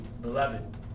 beloved